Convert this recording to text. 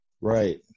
Right